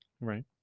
Right